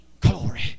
Glory